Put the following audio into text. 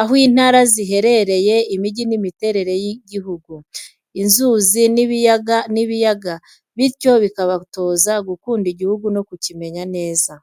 aho intara ziherereye, imijyi n’imiterere y’igihugu, inzuzi n'ibiyaga bityo bikabatoza gukunda igihugu no kukimenya neza.